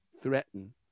threaten